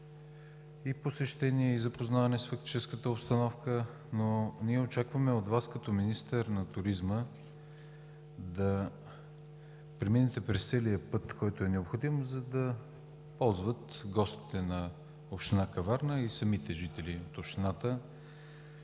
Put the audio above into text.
посещения и запознаване с фактическата обстановка, но ние очакваме от Вас като министър на туризма да преминете през целия път, който е необходим, за да ползват гостите на община Каварна и самите жители от общината